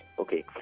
Okay